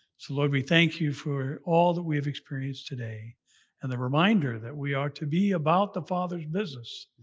so lord, we thank you for all that we've experienced today and the reminder that we are to be about the father's business,